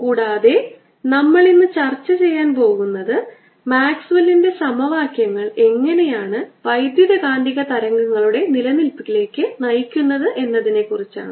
കൂടാതെ നമ്മൾ ഇന്ന് ചർച്ച ചെയ്യാൻ പോകുന്നത് മാക്സ്വെല്ലിന്റെ സമവാക്യങ്ങൾ എങ്ങനെയാണ് വൈദ്യുതകാന്തിക തരംഗങ്ങളുടെ നിലനിൽപ്പിലേക്ക് നയിക്കുന്നത് എന്നതിനെക്കുറിച്ചാണ്